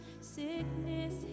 sickness